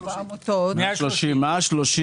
לעמותה מס' 100 ומשהו.